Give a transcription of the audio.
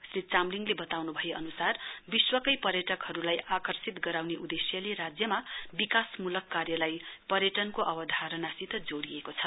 श्री चामलिङले बताउन् भए अन्सार विश्वकै पर्यटकहरूलाई आकर्षित गराउने उदेश्यले राज्यमा विकासमूलक कार्यलाई पर्यटनको अवधारणसित जोड़िएको छ